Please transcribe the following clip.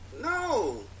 No